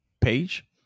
page